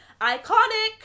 Iconic